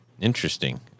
Interesting